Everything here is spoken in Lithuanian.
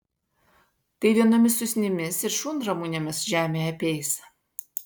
tai vienomis usnimis ir šunramunėmis žemė apeis